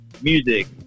Music